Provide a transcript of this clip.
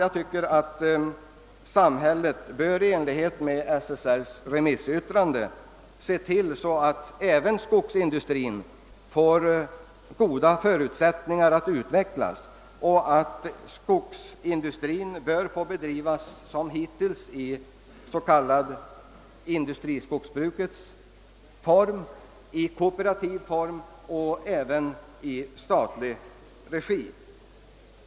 Jag tycker att samhället bör i enlighet med SSR:s remissyttrande se till att även skogsindustrin får goda förutsättningar att utvecklas och att skogsindustrin bör få bedrivas liksom hittills både i industriskogsbrukets och kooperationens form och i statlig regi.